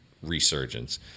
Resurgence